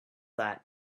that